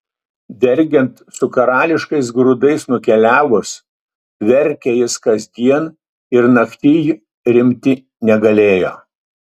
dergiant su karališkais grūdais nukeliavus verkė jis kasdien ir naktyj rimti negalėjo